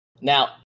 Now